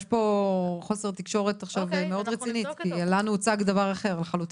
יש פה חוסר תקשורת מאוד רציני כי לנו הוצג דבר אחר לחלוטין.